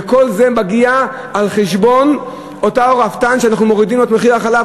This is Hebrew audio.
וכל זה מגיע על חשבון אותו רפתן שאנחנו מורידים לו את מחיר החלב.